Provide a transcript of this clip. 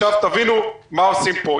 תבינו מה עושים פה.